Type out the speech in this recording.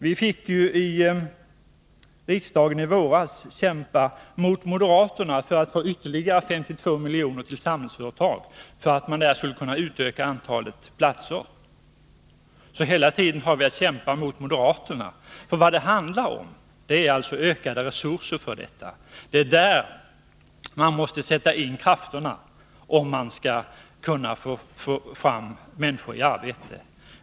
Vi fick i riksdagen i våras kämpa mot moderaterna för att få ytterligare 52 milj.kr. till Samhällsföretag för att man där skulle kunna utöka antalet platser. Hela tiden har vi att kämpa mot moderaterna. Vad det handlar om är alltså ökade resurser. Det är där man måste sätta in krafterna, om vi skall kunna få människor i arbete.